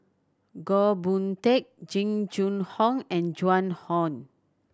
Goh Boon Teck Jing Jun Hong and Joan Hon